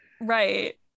right